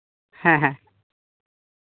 ᱦᱮᱸ ᱦᱮᱸ